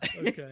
Okay